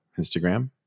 Instagram